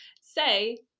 say